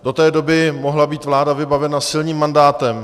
Do té doby mohla být vláda vybavena silným mandátem.